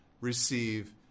receive